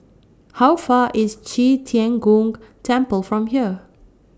How Far IS Qi Tian Gong Temple from here